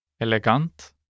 Elegant